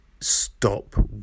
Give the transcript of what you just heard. stop